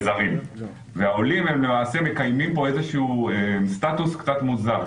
אלמנטים קטנים שיכולים להשפיע על החלטה של תייר להגיע לפה,